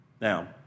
Now